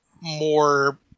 more